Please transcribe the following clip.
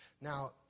Now